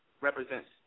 represents